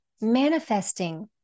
Manifesting